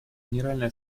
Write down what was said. генеральная